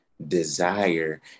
desire